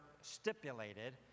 stipulated